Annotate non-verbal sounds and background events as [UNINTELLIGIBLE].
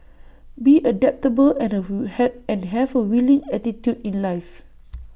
be adaptable and [UNINTELLIGIBLE] and have A willing attitude in life